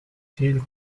tels